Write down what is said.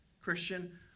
Christian